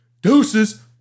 Deuces